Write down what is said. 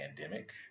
pandemic